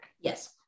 Yes